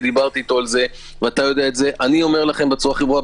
כי דיברתי אתו על זה אתה יודע בצורה ברורה,